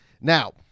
Now